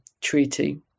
Treaty